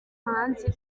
hanze